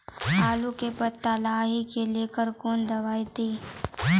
आलू के पत्ता लाही के लेकर कौन दवाई दी?